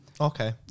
Okay